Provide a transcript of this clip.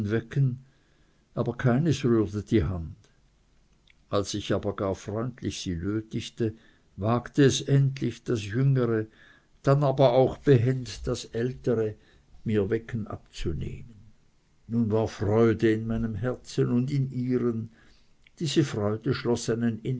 wecken aber keines rührte die hand als ich aber gar freundlich sie nötigte wagte es endlich das jüngere dann aber auch bebend das ältere mir wecken abzunehmen nun war freude in meinem herzen und in ihren diese freude